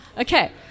Okay